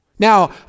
Now